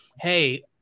hey